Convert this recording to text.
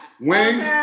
Wings